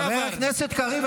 חבר הכנסת קריב,